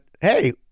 hey